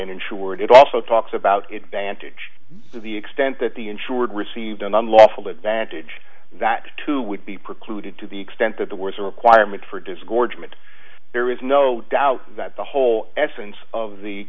an insured it also talks about it vantage to the extent that the insured received an unlawful advantage that too would be precluded to the extent that the words a requirement for disgorgement there is no doubt that the whole essence of the